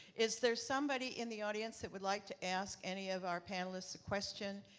is there somebody in the audience that would like to ask any of our panelist a question?